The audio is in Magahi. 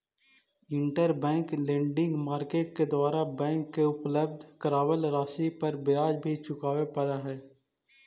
इंटरबैंक लेंडिंग मार्केट के द्वारा बैंक के उपलब्ध करावल राशि पर ब्याज भी चुकावे पड़ऽ हइ